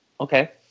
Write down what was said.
okay